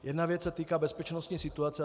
Jedna věc se týká bezpečnostní situace.